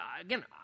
again